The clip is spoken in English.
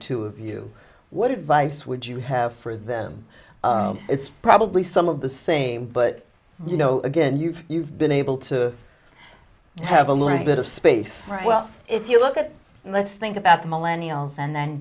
two of you what advice would you have for them it's probably some of the same but you know again you've you've been able to have a little bit of space well if you look at let's think about the millennium goals and then